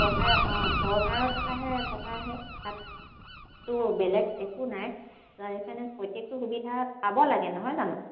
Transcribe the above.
চৰকাৰে অঁ চৰকাৰৰ টকাহে টকাহে তাতটো বেলেগ একো নাই ত' সেইকাৰণে প্ৰত্যেকটো সুবিধা পাব লাগে নহয় জানো